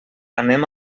anem